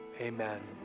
amen